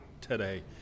today